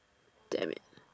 damn it